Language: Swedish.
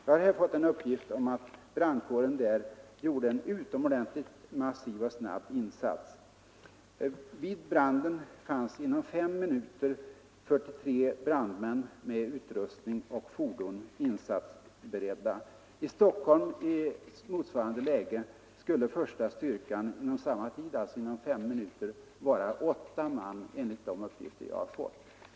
Jag har fått uppgift om att brandkåren gjorde en utomordentligt snabb och massiv insats och inom några minuter räddade många som annars skulle ha varit förlorade. Vid branden fanns inom 5 minuter 43 brandmän med utrustning och fordon insatsberedda. I Stockholm i motsvarande läge skulle första styrkan inom samma tid, alltså 5 minuter, vara 8 man enligt de uppgifter jag har fått.